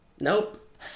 Nope